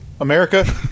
America